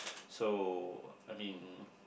so I mean